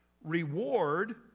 reward